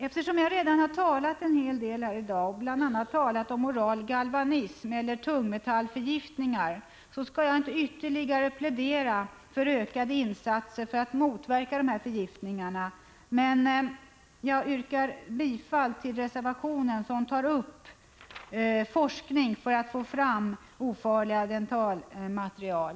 Eftersom jag redan har talat en hel del här i dag, bl.a. om oral galvanism eller tungmetallförgiftningar, skall jag inte ytterligare plädera för ökade insatser för att motverka dessa förgiftningar, men jag yrkar bifall till vpk-reservationen om forskning för att få fram ofarliga dentalmaterial.